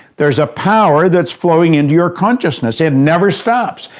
there's a power that's flowing into your consciousness, and never stops.